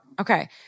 Okay